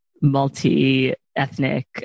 multi-ethnic